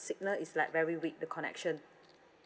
signal is like very weak the connection